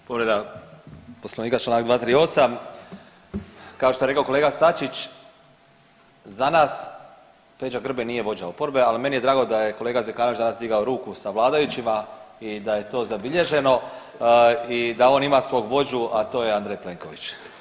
Povreda poslovnika čl. 238., kao što je rekao kolega SAčić za nas Peđa Grin nije vođa oporbe, ali meni je drago da je kolega Zekanović danas digao ruku sa vladajućima i da je to zabilježeno i da on ima svog vođu, a to je Andrej Plenković.